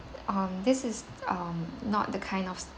um this is um not the kind of